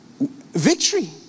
victory